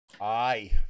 Aye